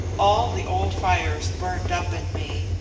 all the old fires burned up in me.